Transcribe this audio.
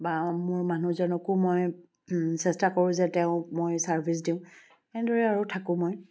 বা মোৰ মানুহজনকো মই চেষ্টা কৰোঁ যে তেওঁক মই চাৰ্ভিছ দিওঁ সেনেদৰেই আৰু থাকোঁ মই